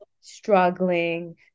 struggling